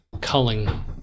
culling